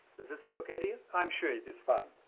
does this look ok to you? i'm sure it is fine.